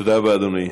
תודה רבה, אדוני.